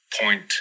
point